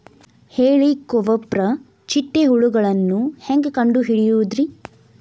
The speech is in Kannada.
ಹೇಳಿಕೋವಪ್ರ ಚಿಟ್ಟೆ ಹುಳುಗಳನ್ನು ಹೆಂಗ್ ಕಂಡು ಹಿಡಿಯುದುರಿ?